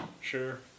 Sure